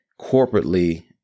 corporately